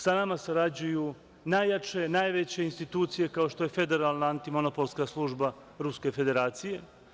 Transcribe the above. Sa nama sarađuju najjače, najveće institucije kao što je federalna antimonopolska služba Ruske Federacije.